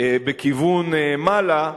בכיוון מעלה,